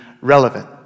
relevant